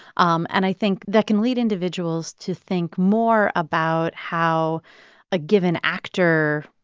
um and i think that can lead individuals to think more about how a given actor,